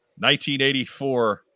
1984